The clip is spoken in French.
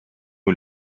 aux